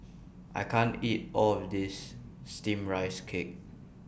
I can't eat All of This Steamed Rice Cake